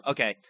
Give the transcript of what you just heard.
Okay